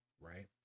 right